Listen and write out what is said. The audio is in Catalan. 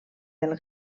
del